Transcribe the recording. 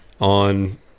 on